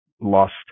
lost